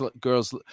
girl's